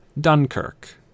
Dunkirk